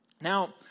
Now